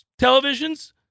televisions